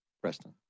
Preston